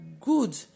good